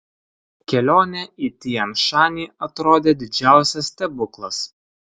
kelionė į tian šanį atrodė didžiausias stebuklas